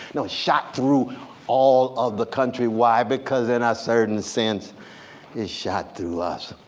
no, shot through all of the country wide, because in a certain sense it's shot through us.